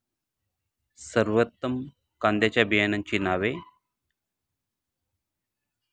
सर्वोत्तम कांद्यांच्या बियाण्यांची नावे?